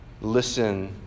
Listen